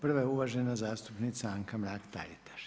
Prva je uvažena zastupnica Anka Mrak-Taritaš.